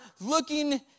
looking